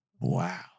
Wow